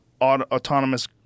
autonomous